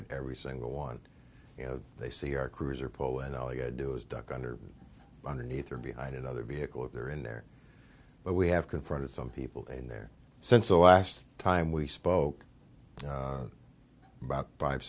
at every single one you know they see our cruiser pole and all you do is duck under underneath there behind another vehicle if they're in there but we have confronted some people in there since the last time we spoke about five